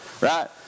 right